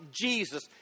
Jesus